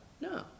No